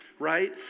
right